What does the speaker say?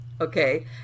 Okay